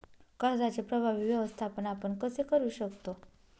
कर्जाचे प्रभावी व्यवस्थापन आपण कसे करु शकतो?